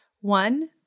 One